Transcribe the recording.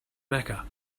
mecca